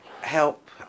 help